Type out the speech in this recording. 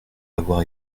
avoir